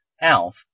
ALF